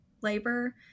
labor